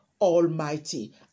almighty